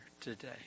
today